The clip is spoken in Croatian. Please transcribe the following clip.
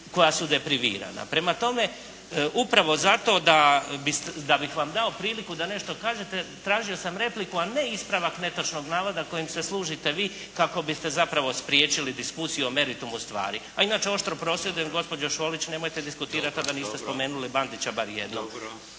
koja su deprivirana. Prema tome, upravo zato da bih vam dao priliku da nešto kažete, tražio sam repliku a ne ispravak netočnog navoda kojim se služite vi, kako biste zapravo spriječili diskusiju o meritumu stvari. A inače oštro prosvjedujem gospođo Šolić, nemojte diskutirati a da niste spomenuli Bandića bar jednom.